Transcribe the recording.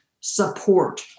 support